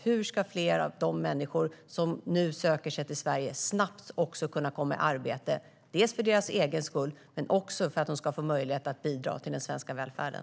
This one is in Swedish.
Hur ska fler av de människor som nu söker sig till Sverige snabbt kunna komma i arbete, dels för deras egen skull, dels för att de ska få möjlighet att bidra till den svenska välfärden?